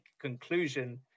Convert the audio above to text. conclusion